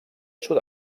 sud